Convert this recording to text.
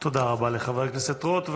תודה רבה לחבר הכנסת רוט.